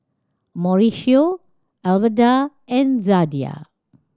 Mauricio Alverda and Zadie